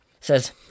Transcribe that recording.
says